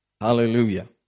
Hallelujah